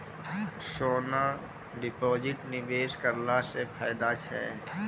सोना deposit निवेश करला से फैदा छै?